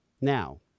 Now